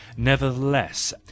Nevertheless